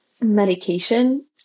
medication